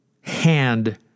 hand